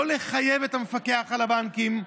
לא לחייב את המפקח על הבנקים,